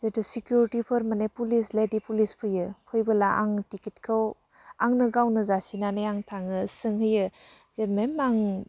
जिथु सिकुरिटिफोर माने पुलिस लेडि पुलिस फैयो फैबोला आं टिकेटखौ आंनो गावनो जासिनानै आं थाङो सोंहैयो जे मेम आं